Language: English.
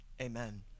amen